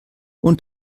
und